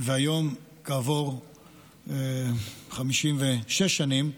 היום, כעבור 56 שנים,